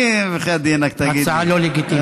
אני, בחייאת דינכ, תגיד לי, הצעה לא לגיטימית.